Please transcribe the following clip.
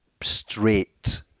straight